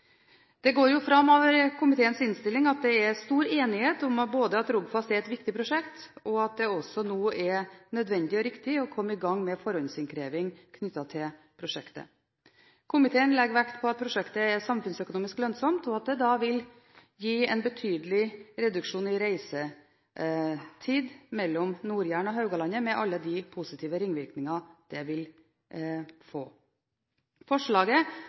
Det går fram av komiteens innstilling at det er stor enighet om at Rogfast er et viktig prosjekt, og at det også er nødvendig og riktig å komme i gang med forhåndsinnkreving knyttet til prosjektet. Komiteen legger vekt på at prosjektet er samfunnsøkonomisk lønnsomt, og at det vil gi en betydelig reduksjon i reisetid mellom Nord-Jæren og Haugalandet, med alle de positive ringvirkninger det vil